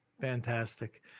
Fantastic